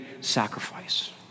sacrifice